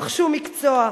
רכשו מקצוע,